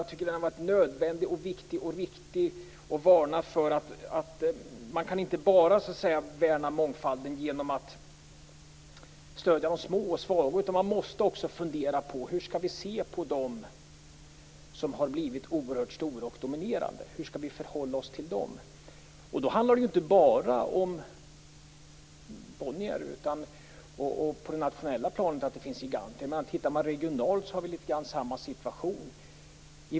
Jag tycker att den har varit nödvändig, viktig och riktig. Man kan inte värna mångfalden bara genom att stödja de små och svaga. Man måste också fundera på hur vi skall se på dem som har blivit oerhört stora och dominerande. Hur skall vi förhålla oss till dem? Då handlar det inte bara om Bonnier och det faktum att det finns giganter på det nationella planet. Regionalt har vi litet grand samma situation.